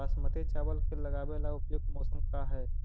बासमती चावल के लगावे ला उपयुक्त मौसम का है?